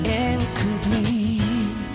incomplete